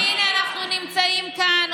והינה, אנחנו נמצאים כאן.